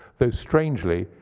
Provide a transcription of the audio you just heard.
though strangely,